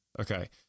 okay